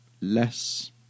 less